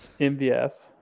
MVS